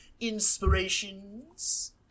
inspirations